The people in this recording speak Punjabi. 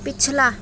ਪਿਛਲਾ